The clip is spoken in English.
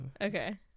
Okay